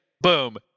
Boom